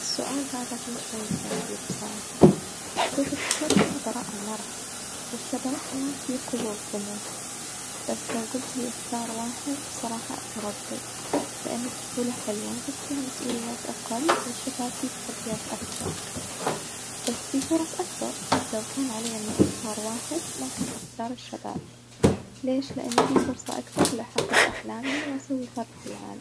السؤال هذا فيه شوية تعجيد بصراحة، شوف الطفولة فيها براءة ومرح والشباب كمان فيه قوة وطموح، بس لو جلتلي أختار واحد بصراحة أتردد، لإن الطفولة حلوة بس فيها مسؤوليات أقل والشباب فيه تحديات أكثر بس فيه فرص أكبر، بس لو كان عليا إني أختار واحد ممكن أختار الشباب، ليش؟ لإن فيه فرصة أكبر لأحقق أحلامي وأسوي فرق في العالم.